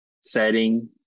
setting